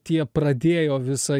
tie pradėjo visą